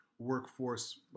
Workforce